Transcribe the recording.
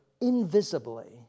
invisibly